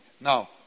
Now